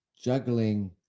juggling